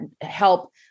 help